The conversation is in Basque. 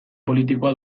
politikoa